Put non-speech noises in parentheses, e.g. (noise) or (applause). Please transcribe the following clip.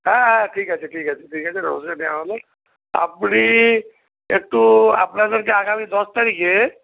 হ্যাঁ হ্যাঁ ঠিক আছে ঠিক আছে ঠিক আছে (unintelligible) দেওয়া হবে আপনি একটু আপনাদেরকে আগামী দশ তারিখে